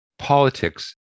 politics